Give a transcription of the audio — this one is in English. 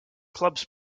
clubs